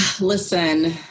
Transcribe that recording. Listen